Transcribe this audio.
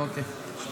אוקיי.